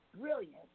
brilliant